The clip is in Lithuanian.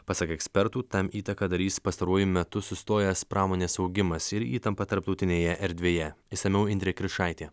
pasak ekspertų tam įtaką darys pastaruoju metu sustojęs pramonės augimas ir įtampa tarptautinėje erdvėje išsamiau indrė kiršaitė